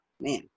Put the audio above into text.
man